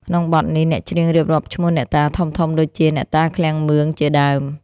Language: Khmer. ក្នុងបទនេះ អ្នកច្រៀងរៀបរាប់ឈ្មោះអ្នកតាធំៗដូចជា អ្នកតាឃ្លាំងមឿង ជាដើម។